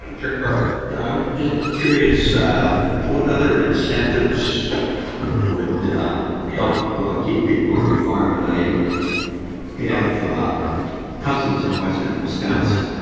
chair carlson just curious what other incentives would help but keep people on the farm? and i have cousins in western wisconsin.